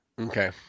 okay